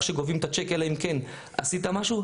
שגובים את הצ'ק אלא אם כן עשית משהו,